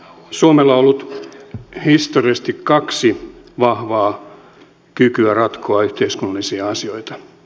suomella on ollut historiallisesti kaksi vahvaa kykyä ratkoa yhteiskunnallisia asioita